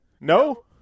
No